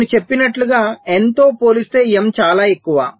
నేను చెప్పినట్లుగా n తో పోలిస్తే m చాలా ఎక్కువ